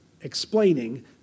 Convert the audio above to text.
explaining